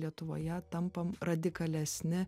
lietuvoje tampam radikalesni